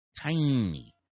tiny